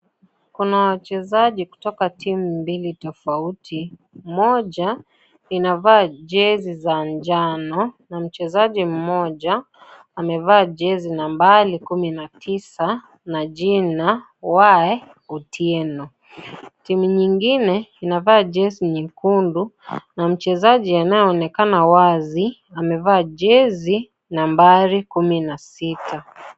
Kuna wachezaji kutoka timu mbili tofauti, moja inavaa jezi za njano na mchezaji Mmoja amevaa jezi nambari kumi na Tisa na jina Y. Otieno. Timu nyingine imevaa jezi nyekundu na mchezaji anayeonekana wazi amevaa jezi nambari kumi na sita